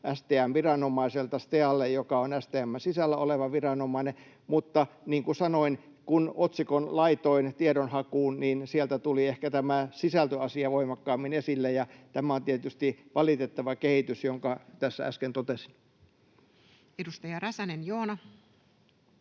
STM-viranomaiselta STEAlle, joka on STM:n sisällä oleva viranomainen. Mutta niin kuin sanoin: kun otsikon laitoin tiedonhakuun, niin sieltä tuli ehkä tämä sisältöasia voimakkaammin esille, ja tämä on tietysti valitettava kehitys, jonka tässä äsken totesin. Edustaja Räsänen, Joona.